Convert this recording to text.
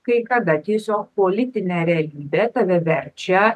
kai kada tiesiog politinė realybė tave verčia